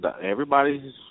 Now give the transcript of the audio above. everybody's –